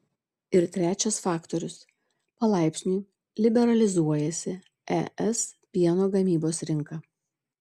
ir trečias faktorius palaipsniui liberalizuojasi es pieno gamybos rinka